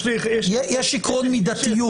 יש עקרון מידתיות.